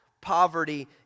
poverty